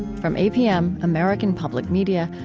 from apm, american public media,